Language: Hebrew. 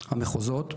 המחוזות.